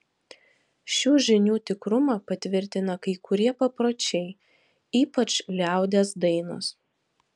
šių žinių tikrumą patvirtina kai kurie papročiai ypač liaudies dainos